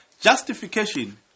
Justification